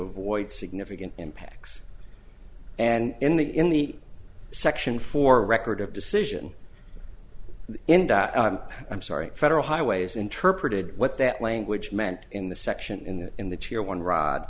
avoid significant impacts and in the in the section four record of decision end up i'm sorry federal highways interpreted what that language meant in the section in the in the year one rod